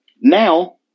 now